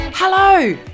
Hello